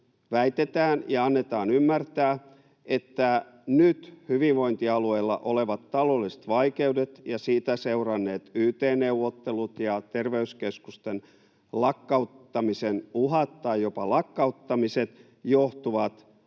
väitetään ja annetaan ymmärtää, että nyt hyvinvointialueilla olevat taloudelliset vaikeudet ja niistä seuranneet yt-neuvottelut ja terveyskeskusten lakkauttamisen uhat tai jopa lakkauttamiset johtuvat